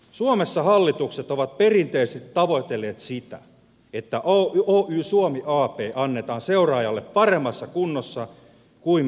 suomessa hallitukset ovat perinteisesti tavoitelleet sitä että oy suomi ab annetaan seuraajalle paremmassa kunnossa kuin missä se saatiin